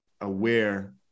aware